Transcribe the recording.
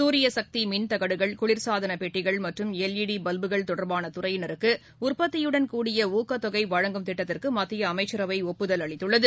சூரியசக்தி மின்தகடுகள் குளிர்சாதன பெட்டிகள் மற்றும் எல்இடி பல்புகள் தொடர்பான துறையினருக்கு உற்பத்தியுடன் கூடிய ஊக்கத்தொகை வழங்கும் திட்டத்திற்கு மத்தியஅமைச்சரவை ஒப்புதல் அளித்துள்ளது